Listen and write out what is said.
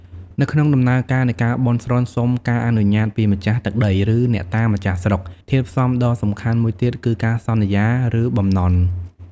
នៅក្នុងដំណើរការនៃការបន់ស្រន់សុំការអនុញ្ញាតពីម្ចាស់ទឹកដី ឬអ្នកតាម្ចាស់ស្រុក ធាតុផ្សំដ៏សំខាន់មួយទៀតគឺការសន្យា ឬបំណន់។